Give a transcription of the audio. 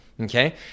okay